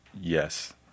Yes